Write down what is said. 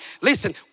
listen